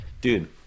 Dude